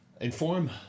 inform